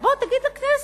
בוא, תגיד לכנסת.